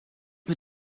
mit